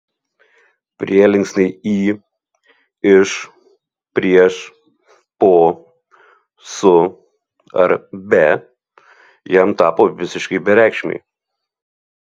prielinksniai į iš prieš po su ar be jam tapo visiškai bereikšmiai